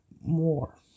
more